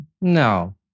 no